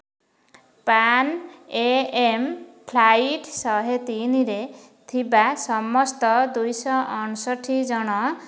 PAN Am flight ଶହେ ତିନିରେ ଥିବା ସମସ୍ତ ଦୁଇ ଶହ ଅଣଷଠି ଜଣ